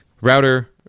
router